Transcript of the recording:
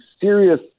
serious